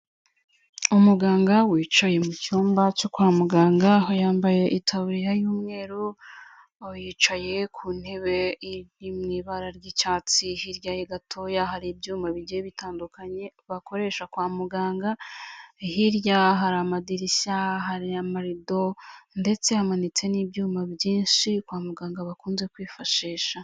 Umuganga wicaye mu cyumba cyo kwa muganga, aho yambaye itaburiya y'umweru aho yicaye ku ntebe iri mu ibara ry'icyatsi, hirya ye gatoya hari ibyuma bigiye bitandukanye bakoresha kwa muganga, hirya hari amadirishya hari amarido, ndetse hamanitse n'ibyuma byinshi kwa muganga bakunze kwifashisha.